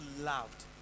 loved